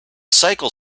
cycle